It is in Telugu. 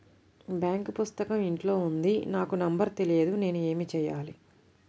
బాంక్ పుస్తకం ఇంట్లో ఉంది నాకు నంబర్ తెలియదు నేను ఏమి చెయ్యాలి?